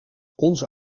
onze